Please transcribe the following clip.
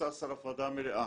מבוסס על הפרדה מלאה.